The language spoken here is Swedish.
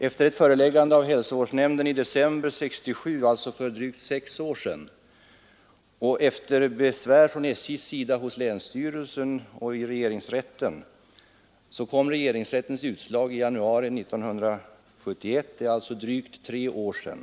Efter ett föreläggande av hälsovårdsnämnden i december 1967 — alltså för drygt sex år sedan — och efter besvär från SJ både hos länsstyrelsen och hos regeringsrätten kom regeringsrättens utslag i januari 1971, alltså för drygt tre år sedan.